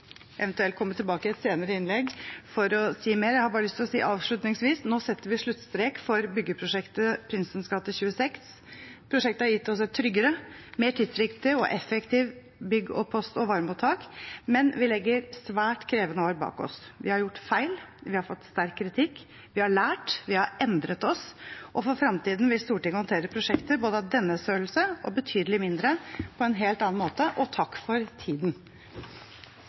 eventuelt komme tilbake i et senere innlegg for å si mer. Jeg vil bare si avslutningsvis: Nå setter vi sluttstrek for byggeprosjektet Prinsens gate 26. Prosjektet har gitt oss et tryggere, mer tidsriktig og effektivt bygg og post- og varemottak, men vi legger svært krevende år bak oss. Vi har gjort feil, vi har fått sterk kritikk, vi har lært, vi har endret oss, og for fremtiden vil Stortinget håndtere prosjekter av både denne størrelse og betydelig mindre på en helt annen måte – og takk for tiden.